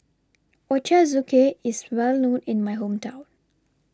Ochazuke IS Well known in My Hometown